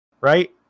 right